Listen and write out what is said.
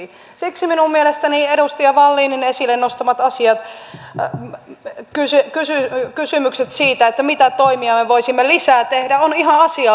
siksi minun mielestäni edustaja wallinin esille nostamat asiat kysymykset siitä mitä toimia me voisimme lisää tehdä ovat ihan asiallisia